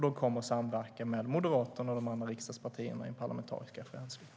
De kommer att samverka med Moderaterna och de andra riksdagspartierna i en parlamentarisk referensgrupp.